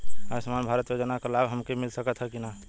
आयुष्मान भारत योजना क लाभ हमके मिल सकत ह कि ना?